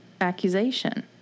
accusation